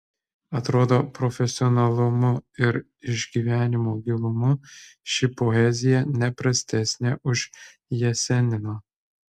atrodo profesionalumu ir išgyvenimo gilumu ši poezija ne prastesnė už jesenino